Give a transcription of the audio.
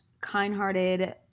kind-hearted